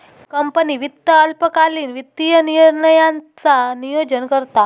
company वित्त अल्पकालीन वित्तीय निर्णयांचा नोयोजन करता